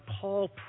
Paul